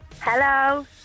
Hello